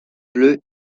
bleus